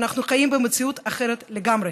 אנחנו חיים במציאות אחרת לגמרי.